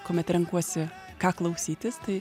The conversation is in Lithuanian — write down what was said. kuomet renkuosi ką klausytis tai